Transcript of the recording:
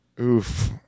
Oof